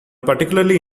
particularly